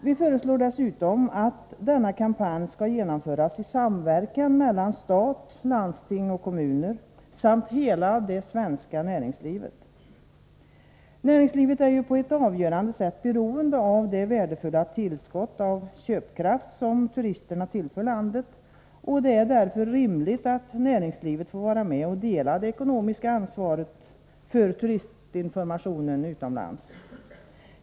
Vi föreslår dessutom att denna kampanj skall genomföras i samverkan mellan stat, landsting och kommuner samt hela det svenska näringslivet. Näringslivet är ju på ett avgörande sätt beroende av det värdefulla tillskott av köpkraft som turisterna tillför landet, och det är därför rimligt att näringslivet får vara med och dela det ekonomiska ansvaret för turistinformationen utomlands.